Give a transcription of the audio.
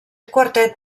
quartet